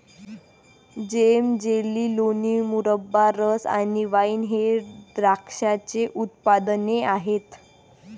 जेम, jelly, लोणी, मुरब्बा, रस आणि वाइन हे द्राक्षाचे उत्पादने आहेत